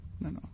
No